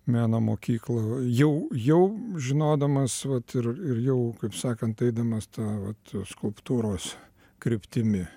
meno mokyklą jau jau žinodamas vat ir ir jau kaip sakant eidamas tą vat skulptūros kryptimi